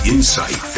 Insight